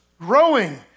growing